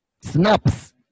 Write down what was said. Snaps